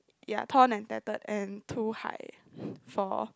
ya tall and dated and too high for